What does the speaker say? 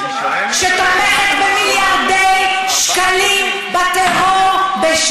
שתומכת במיליארדי שקלים בשנה בטרור?